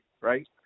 right